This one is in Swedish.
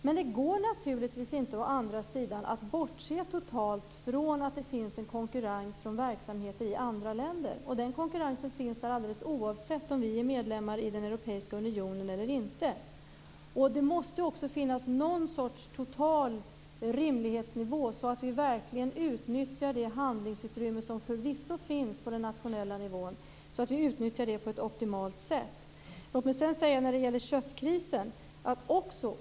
Men å andra sidan går det naturligtvis inte att helt bortse från att det finns en konkurrens från verksamheter i andra länder. Den konkurrensen finns där alldeles oavsett om Sverige är medlem i den europeiska unionen eller inte. Det måste också finnas någon sorts total rimlighetsnivå, så att vi verkligen utnyttjar det handlingsutrymme som förvisso finns på den nationella nivån och utnyttjar det på ett optimalt sätt. Jag vill också säga något om köttkrisen.